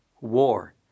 war